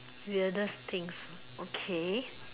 weirdest things okay